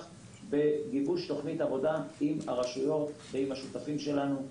בגיבוש תוכנית עבודה עם הרשויות ועם השותפים שלנו.